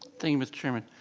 thank you, mr. chairman,